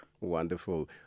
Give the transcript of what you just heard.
Wonderful